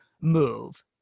move